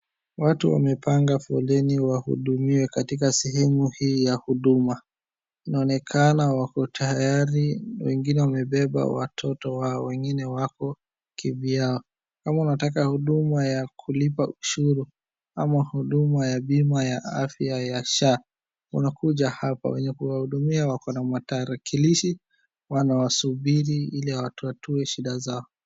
Watu wamepanga foleni wahudumiwe katika sehemu hii ya huduma, inaonekana wako tayari wengine wamebeba watoto wao, wengine wako kivyao. Kama unataka huduma ya kulipa ushuru ama huduma ya bima ya afya ya SHA unakuja hapa. Wenye kuwahudumia wako na matarakilishi wanawasubiri ili watatue shida zao.